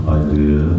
idea